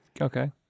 Okay